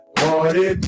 Party